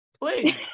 please